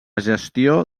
gestió